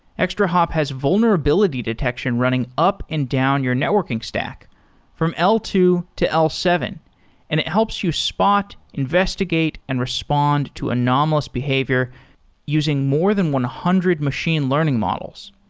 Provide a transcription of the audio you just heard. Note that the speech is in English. extrahop has vulnerability detection running up and down your networking stock from l two to l seven and it helps you spot, investigate and respond to anomalous behavior using more than one hundred machine learning models.